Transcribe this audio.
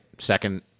second